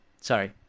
sorry